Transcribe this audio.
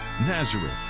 Nazareth